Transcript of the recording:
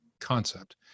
concept